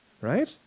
right